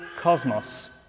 cosmos